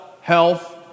Health